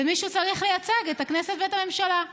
ומישהו צריך לייצג את הכנסת ואת הממשלה.